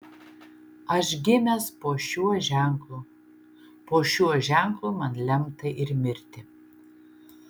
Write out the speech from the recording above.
aš gimęs po šiuo ženklu po šiuo ženklu man lemta ir mirti